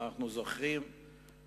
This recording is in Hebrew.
אנחנו זוכרים את